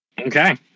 Okay